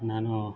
ನಾನು